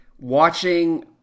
watching